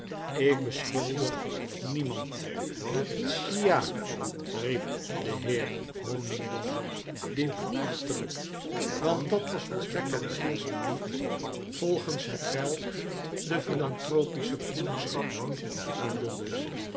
ik beschuldig demand tscha riep de heer honigdonder diep verachtelyk want dat was volstrekt het beginsel niet volgens hetwelk de philanthropische broederschap handelde